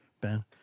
Ben